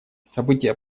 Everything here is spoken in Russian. события